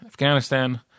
Afghanistan